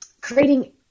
creating